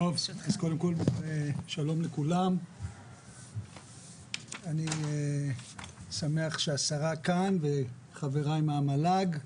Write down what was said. שלום לכולם, אני שמח שהשרה כאן וחבריי מהמל"ג.